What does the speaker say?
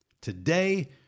Today